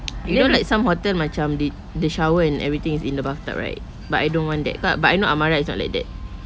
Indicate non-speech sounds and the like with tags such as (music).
(noise) you know like some hotel macam they the shower and everything is in the bathtub right but I don't want that but but I know Amara is not like that